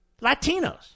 Latinos